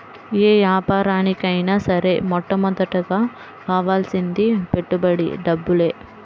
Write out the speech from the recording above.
యే యాపారానికైనా సరే మొట్టమొదటగా కావాల్సింది పెట్టుబడి డబ్బులే